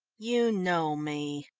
you know me?